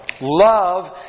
Love